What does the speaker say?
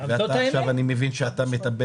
אני מקווה